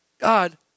God